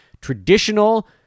traditional